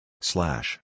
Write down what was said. Slash